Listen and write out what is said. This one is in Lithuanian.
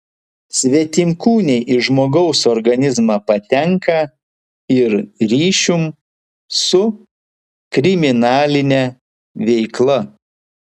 svetimkūniai į žmogaus organizmą patenka ir ryšium su kriminaline veikla